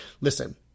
listen